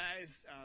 guys